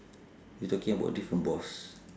you talking about different boss